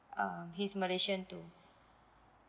um he's malaysian too